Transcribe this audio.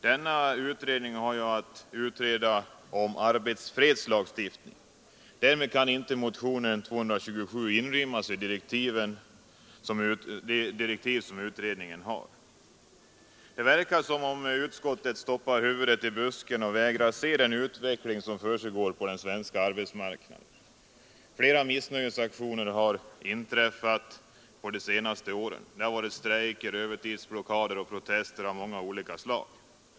Denna utredning skall ju behandla frågan om en ”arbetsfredslagstiftning”. Därmed kan inte motionen 227 inrymmas i de direktiv som utredningen har. Det verkar som om utskottet sticker huvudet i busken och vägrar se den utveckling som försiggår på den svenska arbetsmarknaden. Flera missnöjesaktioner har under de senaste åren förekommit på arbetsmarknaden. Det har varit strejker, övertidsblockader och protester av olika slag.